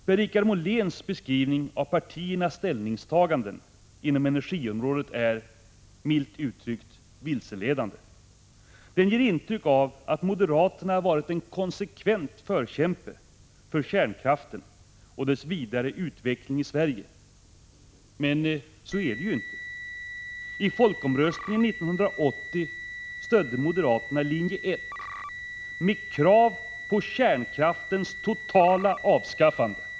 Per-Richard Moléns beskrivning av partiernas ställningstaganden inom energiområdet är, milt uttryckt, vilseledande. Den ger intryck av att moderata samlingspartiet fungerat som en konsekvent förkämpe för kärnkraften och dess vidare utveckling i Sverige. Men så är det inte. I folkomröstningen 1980 stödde moderaterna linje 1, med krav på kärnkraftens totala avskaffande.